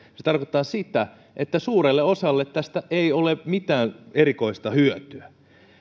se tarkoittaa sitä että suurelle osalle tästä ei ole mitään erikoista hyötyä